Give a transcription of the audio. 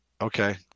Okay